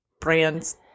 brands